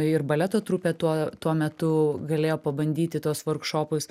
ir baleto trupė tuo tuo metu galėjo pabandyti tuos vorkšopus